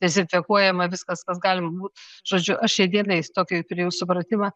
dezinfekuojama viskas kas gali būt žodžiu aš šiai dienai tokį priėjau supratimą